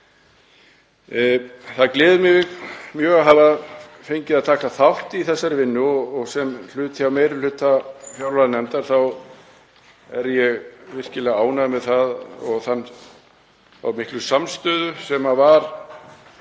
Það gleður mig mjög að hafa fengið að taka þátt í þessari vinnu og sem hluti af meiri hluta fjárlaganefndar er ég virkilega ánægður með þá miklu samstöðu sem var